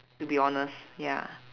to be honest ya